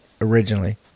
originally